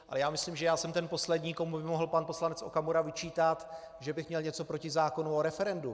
Ale já myslím, že já jsem ten poslední, komu by mohl pan poslanec Okamura vyčítat, že bych měl něco proti zákonu o referendu.